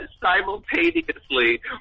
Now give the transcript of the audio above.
simultaneously